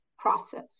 process